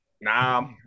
Nah